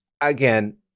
again